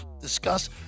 discuss